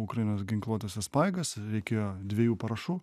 ukrainos ginkluotąsias pajėgas reikėjo dviejų parašų